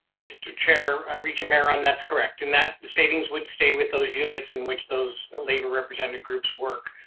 mr. chair, regent mayeron, that's correct. and that savings would stay with those units in which those labor representative groups work.